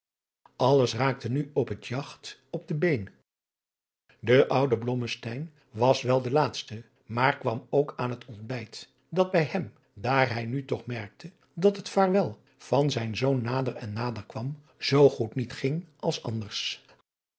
alles raakte nu op het jagt op de been de oude blommesteyn was wel de laatste maar kwam ook aan het ontbijt dat bij hem daar hij nu toch merkte dat het vaarwel van zijn zoon nader en nader kwam zoo goed niet ging als anders